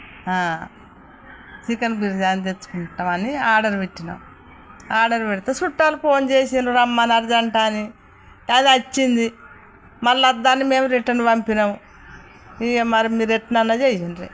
chicken biryani తెచ్చుకుంటామని order పెట్టాను order పెడితే చుట్టాలు ఫోన్ చేశారు రమ్మని అర్జెంటు అని అది వచ్చింది మళ్ళీ దాన్ని మేము రిటర్న్ పంపాము ఇంకా మరి మీరు ఎట్లైనా చెయ్యండి